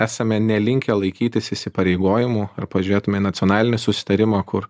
esame nelinkę laikytis įsipareigojimų ar pažiūrėtume į nacionalinį susitarimą kur